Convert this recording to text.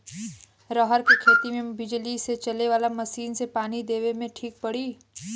रहर के खेती मे बिजली से चले वाला मसीन से पानी देवे मे ठीक पड़ी?